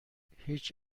هیچ